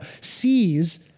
sees